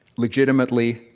legitimately,